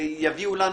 יביאו לנו